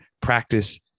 practice